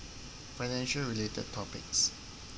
financial related topics